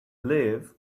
live